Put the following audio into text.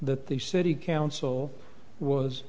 that the city council was